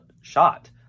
shot